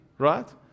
right